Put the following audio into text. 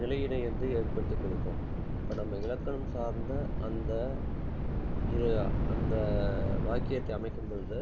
நிலையைனைந்து ஏற்படுத்தி கொடுக்கும் அப்போ நம்ம இலக்கணம் சார்ந்த அந்த எ அந்த வாக்கியத்தை அமைக்கும் பொழுது